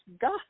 God